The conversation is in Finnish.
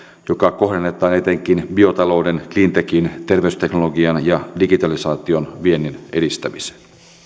joka kohdennetaan etenkin biotalouden cleantechin terveysteknologian ja digitalisaation viennin edistämiseen